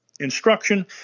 instruction